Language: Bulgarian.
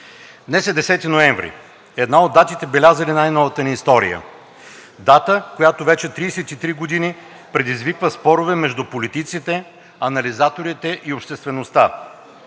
Днес е 10 ноември – една от датите, белязали най-новата ни история. Дата, която вече 33 години предизвиква спорове между политиците, анализаторите и обществеността.